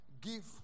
give